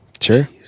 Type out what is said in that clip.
Sure